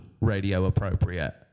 radio-appropriate